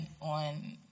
on